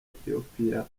ethiopia